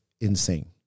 insane